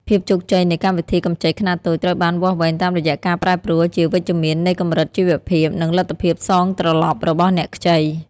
ភាពជោគជ័យនៃកម្មវិធីកម្ចីខ្នាតតូច ត្រូវបានវាស់វែងតាមរយៈការប្រែប្រួលជាវិជ្ជមាននៃកម្រិតជីវភាព និងលទ្ធភាពសងត្រឡប់របស់អ្នកខ្ចី។